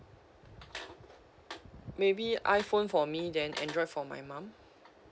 maybe iphone for me then android for my mom